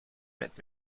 met